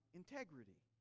integrity